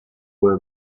were